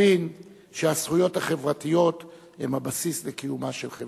להבין שהזכויות החברתיות הן הבסיס לקיומה של חברה.